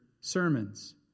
sermons